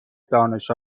دانش